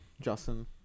Justin